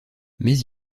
mais